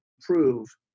prove